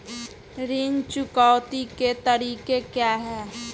ऋण चुकौती के तरीके क्या हैं?